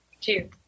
cheers